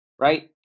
right